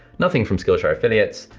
nothing from skillshare affiliates,